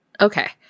Okay